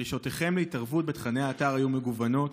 "דרישותיכם בהתערבות בתוכני האתר היו מגוונות,